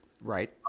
right